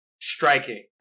striking